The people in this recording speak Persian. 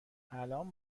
الان